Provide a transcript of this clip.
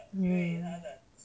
mm